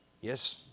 yes